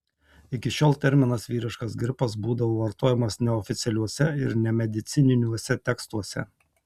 iki šiol terminas vyriškas gripas būdavo vartojamas neoficialiuose ir nemedicininiuose tekstuose